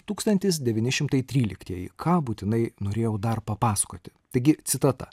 tūkstantis devyni šimtai tryliktieji ką būtinai norėjau dar papasakoti taigi citata